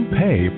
pay